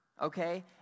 okay